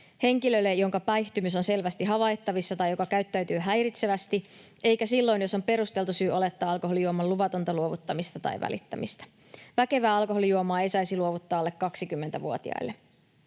henkilölle, jonka päihtymys on selvästi havaittavissa tai joka käyttäytyy häiritsevästi, eikä silloin, jos on perusteltu syy olettaa alkoholijuoman luvatonta luovuttamista tai välittämistä. Väkevää alkoholijuomaa ei saisi luovuttaa alle 20-vuotiaalle.